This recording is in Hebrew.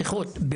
השיחות,